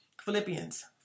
Philippians